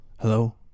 Hello